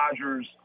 Dodgers